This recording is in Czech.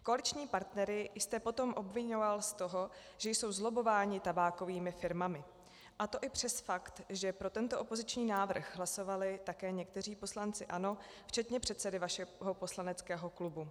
Koaliční partnery jste potom obviňoval z toho, že jsou zlobbováni tabákovými firmami, a to i přes fakt, že pro tento opoziční návrh hlasovali také někteří poslanci ANO včetně předsedy vašeho poslaneckého klubu.